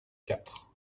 quatre